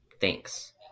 Thanks